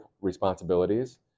responsibilities